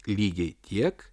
lygiai tiek